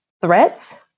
threats